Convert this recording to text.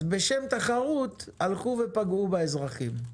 אז בשם תחרות פגעו באזרחים.